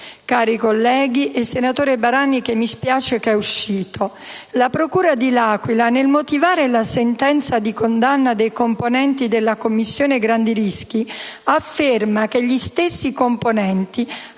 cari colleghi, e senatore Barani, che mi spiace sia uscito. La procura dell'Aquila, nel motivare la sentenza di condanna dei componenti della Commissione grandi rischi, afferma che gli stessi componenti